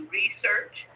research